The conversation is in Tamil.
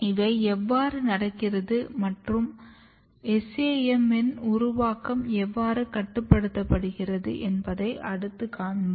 இவை எவ்வாறு நடக்கிறது மற்றும் SAM இன் உருவாக்கம் எவ்வாறு கட்டுப்படுத்தப்படுகிறது என்பதை அடுத்து காண்போம்